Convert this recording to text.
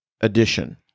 addition